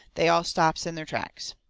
they all stops in their tracks.